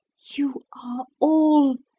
you are all,